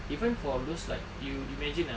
even for those like you imagine ah